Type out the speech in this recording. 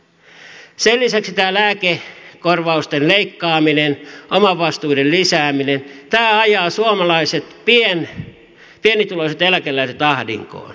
sen lisäksi tämä lääkekorvausten leikkaaminen omavastuiden lisääminen ajaa suomalaiset pienituloiset eläkeläiset ahdinkoon